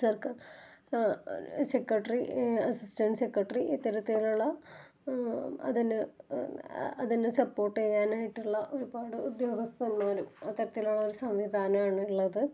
സെക്ക് secretary assistant secretary ഇത്തരത്തിലുള്ള അതിന് അതിന് സപ്പോര്ട്ട് ചെയ്യാനായിട്ടുള്ള ഒരുപാട് ഉദ്യോഗസ്ഥന്മാരും അത്തരത്തിലുള്ള ഒരു സംവിധാനമാണ് ഉള്ളത്